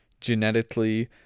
genetically